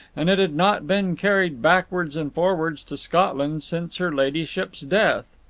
and it had not been carried backwards and forwards to scotland since her ladyship's death.